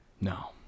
no